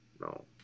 no